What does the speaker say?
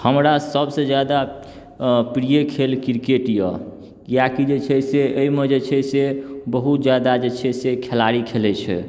हमरा सबसँ जादा प्रिय खेल क्रिकेट यऽ किआकि जे छै से एहिमे जे छै से बहुत जादा जे छै से खेलाड़ी खेलैत छै